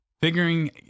figuring